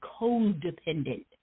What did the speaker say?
codependent